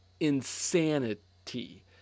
insanity